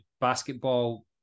basketball